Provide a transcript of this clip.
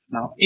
Now